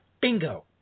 Bingo